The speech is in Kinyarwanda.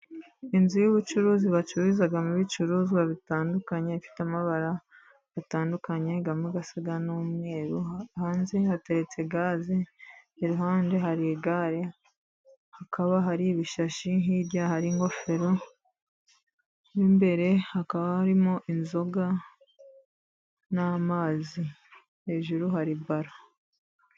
Inzu y'ubucuruzi bacururizamo ibicuruzwa bitandukanye, ifite amabara atandukanye, amwe asa n'umweru, hanze hateretse gaze, iruhande hari igare, hakaba hari ibishashi, hirya hari ingofero mo imbere hakaba harimo inzoga n'amazi, hejuru hari baro.